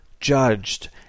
judged